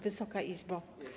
Wysoka Izbo!